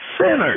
sinners